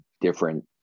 different